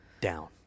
Down